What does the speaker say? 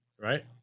right